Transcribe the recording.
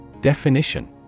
Definition